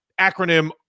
acronym